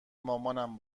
مامانم